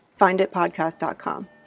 finditpodcast.com